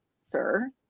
sir